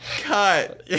Cut